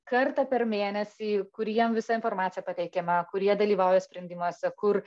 kartą per mėnesį kuriem visa informacija pateikiama kurie dalyvauja sprendimuose kur